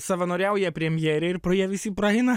savanoriauja premjerė ir pro ją visi praeina